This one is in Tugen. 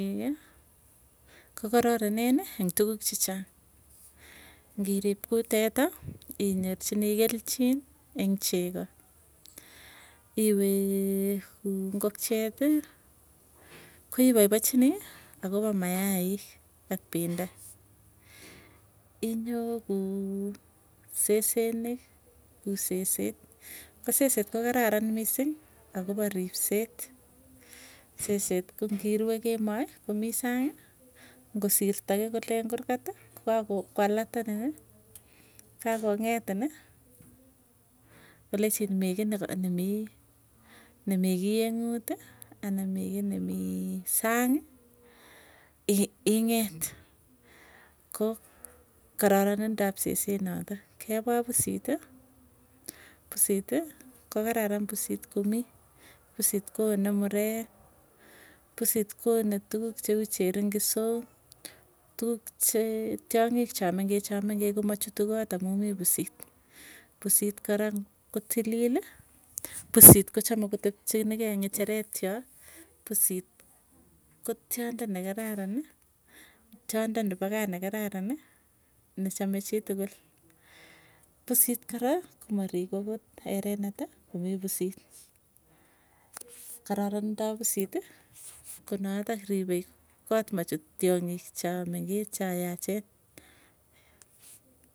Kokararaneni eng tukuk chechang, ngirip kuu teta inyorchinii kelchin eng cheko iwee, kuu ngokiet koo ipaipachinii akopo mayaik ak pendo. Inyoo kuu sesenik, kuu seset ko seset ko kararan misiing akopa ripset. Seset ko ngirue kemoi komii sang'i ngosirto kii kole eng kurgat kokako alert anin kakong'etin kolechin mii kii neka nr mii yun nemii kiyeng'uti, ana mii kii nemii, sang'ii i ing'et. Ko kararanindop seset natok, kepwaa pusiti, pusiti kokararan pusit komii, pusit koone murek pusit koone tukuk cheu cheringisok tukuk che tiang'ik chamengech chamengech komachutu kot amu mii pusit. Pusit kora kotilili pusit kochame, kotepchinikei eng ng'echeret yoo. Pusit ko tiondo nekararani, ko tiondo nepo kaa nekararani, nechame chituikul. Pusit kora komariku akot erenet komii pusit, kararanindap pusiti konatok ripei kot machut tiongikcha mengech chayachen.